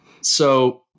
So-